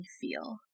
feel